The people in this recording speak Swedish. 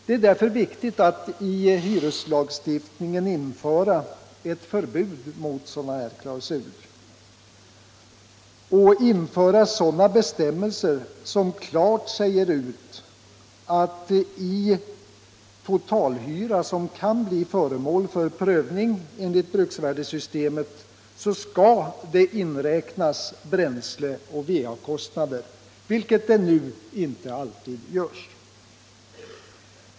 Det är därför viktigt att i hyreslagstiftningen införa ett förbud mot sådana här klausuler och införa sådana bestämmelser som klart säger ut att i totalhyra som kan bli föremål för prövning enligt bruksvärdessystemet skall inräknas bränsle och va-kostnader — vilket nu inte alltid görs.